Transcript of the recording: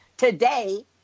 Today